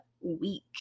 week